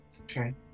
Okay